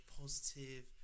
positive